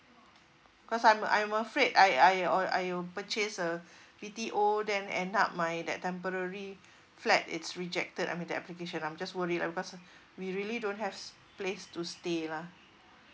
cause I'm I'm afraid I I I or I'll purchase a B_T_O then end up my that temporary flat it's rejected I mean the application I'm just worried ah because we really don't have place to stay lah